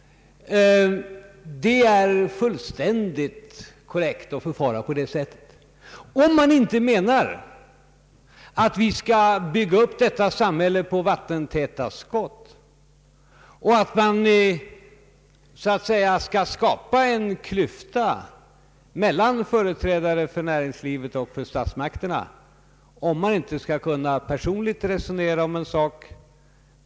Det är fullkomligt korrekt att förfara på det sättet, om man inte anser att vi skall bygga upp detta samhälle på vattentäta skott och att man skall skapa en klyfta mellan företrädare för näringslivet och för statsmakterna så att det inte är möjligt att personligt resonera om en sak.